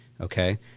okay